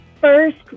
first